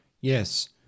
Yes